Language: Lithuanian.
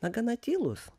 na gana tylūs